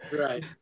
Right